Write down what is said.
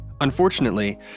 Unfortunately